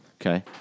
Okay